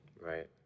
Right